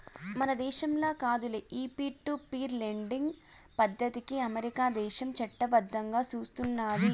మన దేశంల కాదులే, ఈ పీర్ టు పీర్ లెండింగ్ పద్దతికి అమెరికా దేశం చట్టబద్దంగా సూస్తున్నాది